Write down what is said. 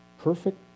perfect